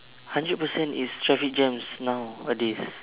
hundred percent is traffic jams nowadays